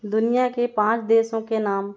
दुनिया के पाँच देशों के नाम